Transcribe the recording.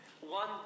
one